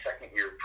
second-year